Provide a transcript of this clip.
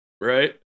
right